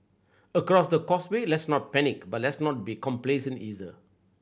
across the causeway let's not panic but let's not be complacent either